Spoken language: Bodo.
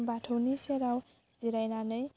बाथौनि सेराव जिरायनानै